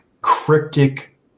cryptic